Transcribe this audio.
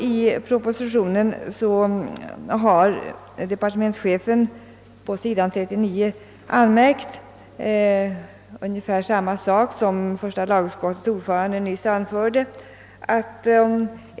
I propositionen har departementschefen på sidan 39 anfört ungefär samma sak som första lagutskottets ordförande nyss gjorde.